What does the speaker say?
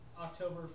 October